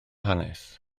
hanes